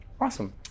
Awesome